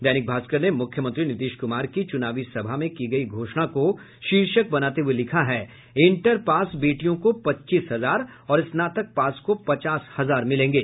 दैनिक भास्कर ने मुख्यमंत्री नीतीश कुमार की चुनावी सभा में की गयी घोषणा को शीर्षक बनाते हुए लिखा है इंटर पास बेटियों को पच्चीस हजार और स्नातक पास को पचास हजार मिलेंगे